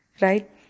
Right